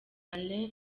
alain